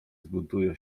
zbuntują